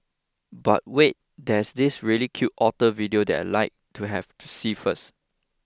but wait there's this really cute otter video that like to have to see first